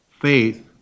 faith